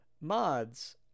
mods